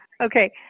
Okay